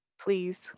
Please